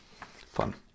Fun